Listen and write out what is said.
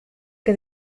que